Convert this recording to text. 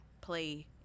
play